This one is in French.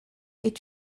est